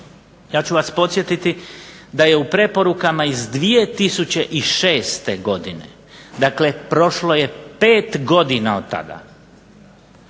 Ja ću vas podsjetiti da je u preporukama iz 2006. godine dakle prošlo je 5 godina od tada,